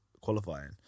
qualifying